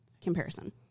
comparison